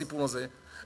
הסיפור הזה,